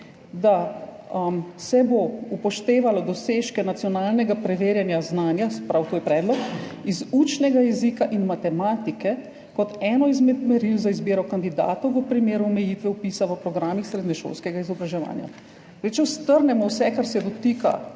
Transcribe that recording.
da se bo upoštevalo dosežke nacionalnega preverjanja znanja, se pravi, to je predlog, iz učnega jezika in matematike kot eno izmed meril za izbiro kandidatov v primeru omejitve vpisa v programih srednješolskega izobraževanja. Če strnemo vse, kar se dotika